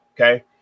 okay